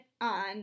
on